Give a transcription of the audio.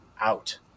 out